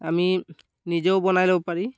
আমি নিজেও বনাই ল'ব পাৰি